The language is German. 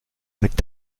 mit